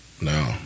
No